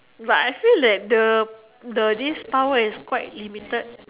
but I feel that the the this power is quite limited